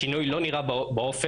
השינוי לא נראה באופק,